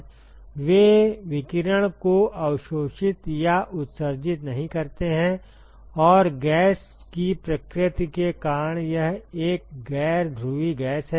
वे विकिरण को अवशोषित या उत्सर्जित नहीं करते हैं और गैस की प्रकृति के कारण यह एक गैर ध्रुवीय गैस है